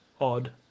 odd